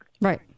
right